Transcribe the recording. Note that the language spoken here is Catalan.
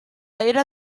era